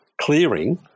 clearing